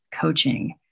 coaching